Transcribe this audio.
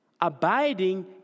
Abiding